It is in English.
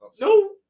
No